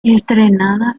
estrenada